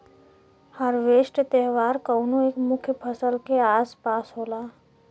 harvest त्यौहार कउनो एक मुख्य फसल के आस पास होला